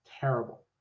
terrible